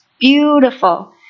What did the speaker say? beautiful